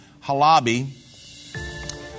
Halabi